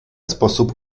sposób